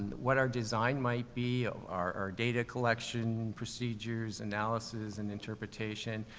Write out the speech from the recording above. what our design might be, our, our data collection procedures, analyses and interpretation,